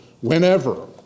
whenever